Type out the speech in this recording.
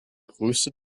größte